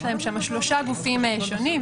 יש להם שלושה גופים שונים,